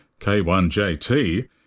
K1JT